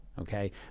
Okay